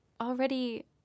already